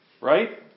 right